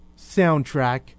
soundtrack